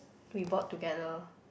we bought together